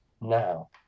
now